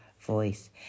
voice